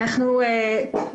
אתי ליבמן עפאי